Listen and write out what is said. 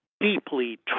deeply